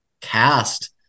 cast